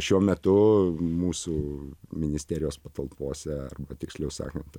šiuo metu mūsų ministerijos patalpose arba tiksliau sakant